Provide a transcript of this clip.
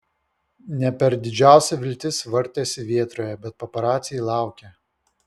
ne per didžiausia viltis vartėsi vėtroje bet paparaciai laukė